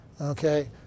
Okay